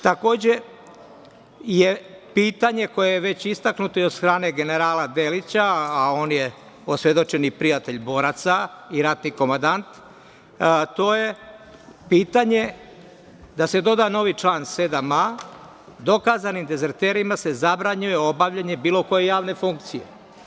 Takođe, pitanje koje je već istaknuto i od strane generala Delića, a on je osvedočeni prijatelj boraca i ratni komandant, a to je pitanje da se doda novi član 7a - dokazani dezerterima se zabranjuje obavljanje bilo koje javne funije.